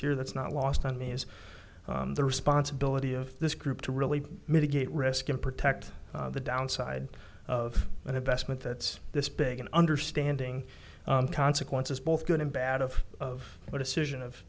here that's not lost on me is the responsibility of this group to really mitigate risk and protect the downside of an investment that's this big and understanding consequences both good and bad of a decision of